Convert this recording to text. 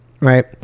Right